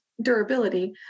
durability